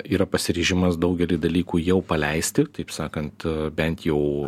yra pasiryžimas daugelį dalykų jau paleisti taip sakant bent jau